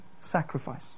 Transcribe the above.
sacrifice